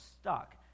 stuck